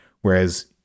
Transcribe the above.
Whereas